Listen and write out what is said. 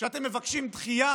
שאתם מבקשים דחייה